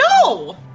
No